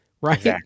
Right